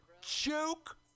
Joke